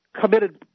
committed